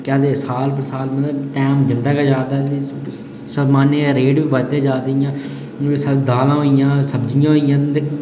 केह् आखदे साल बसाल मतलब टैम जंदा गै जा'रदा ते समान्य रेट बी बधदे जा'रदे इ'यां गै दालां होई इ'यां सब्जियां होई इ'यां इं'दे केह् केह्